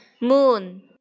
Moon